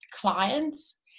clients